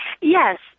Yes